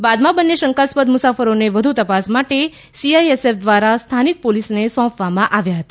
બાદમાં બંને શંકાસ્પદ મુસાફરોને વધુ તપાસ માટે સીઆઈએસએફ દ્વારા સ્થાનિક પોલીસને સોંપવામાં આવ્યા હતા